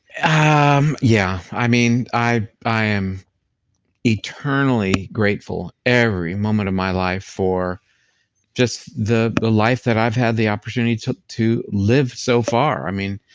um yeah. i mean, i i am eternally grateful every moment of my life for just the the life that i've had the opportunity to to live so far. i mean,